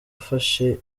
afashe